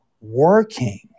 working